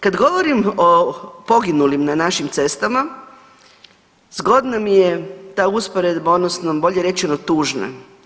Kad govorim o poginulim na našim cestama zgodno mi je ta usporedba, odnosno bolje rečeno tužna.